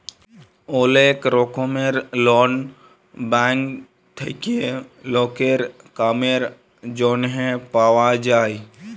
ওলেক রকমের loan bank থেক্যে লকের কামের জনহে পাওয়া যায়